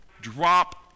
drop